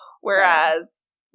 Whereas –